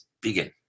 begin